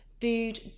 food